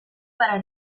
para